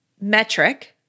metric